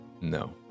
no